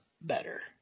better